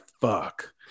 fuck